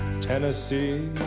Tennessee